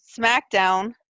SmackDown